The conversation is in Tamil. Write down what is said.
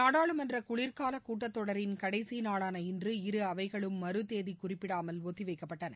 நாடாளுமன்ற குளிர்காலக் கூட்டத்தொடரின் கடைசி நாளான இன்று இரு அவைகளும் மறுதேதி குறிப்பிடாமல் ஒத்திவைக்கப்பட்டன